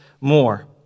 more